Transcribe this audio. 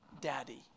daddy